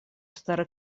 старый